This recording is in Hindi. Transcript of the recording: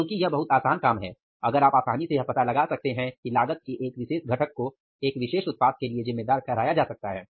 क्योंकि यह बहुत आसान काम है अगर आप आसानी से यह पता लगा सकते हैं कि लागत के एक विशेष घटक को एक विशेष उत्पाद के लिए जिम्मेदार ठहराया जा सकता है